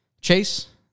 Chase